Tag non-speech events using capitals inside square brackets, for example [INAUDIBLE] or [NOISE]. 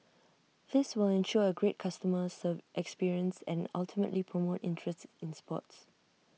this will ensure A great customer [UNINTELLIGIBLE] experience and ultimately promote interest in sports